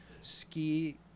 ski